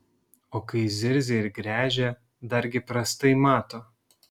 o kai zirzia ir gręžia dargi prastai mato